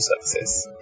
success